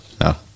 No